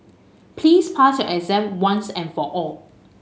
please pass your exam once and for all